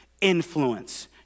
influence